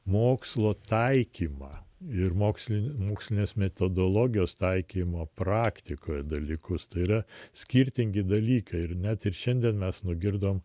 mokslo taikymą ir mokslinį mokslinės metodologijos taikymo praktikoje dalykus tai yra skirtingi dalykai ir net ir šiandien mes nugirdome